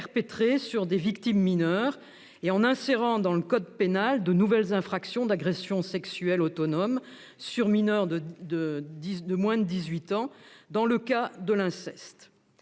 sur des victimes mineures, en insérant dans le code pénal de nouvelles infractions d'agressions sexuelles autonomes sur mineur de moins de 18 ans dans le cas de l'inceste.